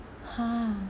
!huh!